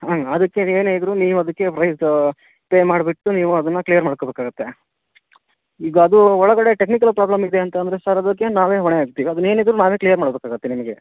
ಹಾಂ ಅದಕ್ಕೆ ನೀವು ಏನೇ ಇದ್ದರೂ ನೀವು ಅದಕ್ಕೆ ಪ್ರೈಸ್ ಪೇ ಮಾಡಿಬಿಟ್ಟು ನೀವು ಅದನ್ನು ಕ್ಲಿಯರ್ ಮಾಡ್ಕೊಬೇಕಾಗುತ್ತೆ ಈಗ ಅದು ಒಳಗಡೆ ಟೆಕ್ನಿಕಲ್ ಪ್ರಾಬ್ಲಮ್ ಇದೆ ಅಂತ ಅಂದರೆ ಸರ್ ಅದಕ್ಕೆ ನಾವೇ ಹೊಣೆ ಆಗ್ತೀವಿ ಅದನ್ನ ಏನಿದ್ದರೂ ನಾವೇ ಕ್ಲಿಯರ್ ಮಾಡ್ಬೇಕಾಗುತ್ತೆ ನಿಮಗೆ